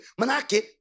Manake